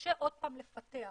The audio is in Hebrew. קשה עוד פעם לפתח.